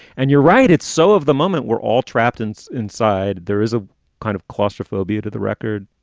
and you're right. it's so of the moment we're all trapped and inside there is a kind of claustrophobia to the record.